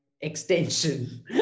extension